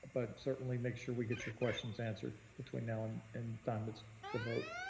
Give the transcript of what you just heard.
but certainly make sure we get your questions answered between now and and the time it's to vote.